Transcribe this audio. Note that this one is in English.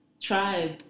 Tribe